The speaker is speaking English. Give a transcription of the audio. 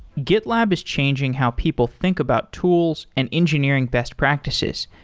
gitlab is changing how people think about tools and engineering best practices,